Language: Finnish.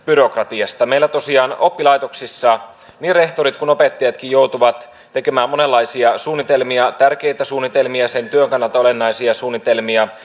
byrokratiasta meillä tosiaan oppilaitoksissa niin rehtorit kuin opettajatkin joutuvat tekemään monenlaisia suunnitelmia tärkeitä suunnitelmia sen työn kannalta olennaisia suunnitelmia